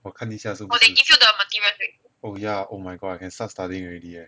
我看一下是不是 oh yah oh my god I can start studying already eh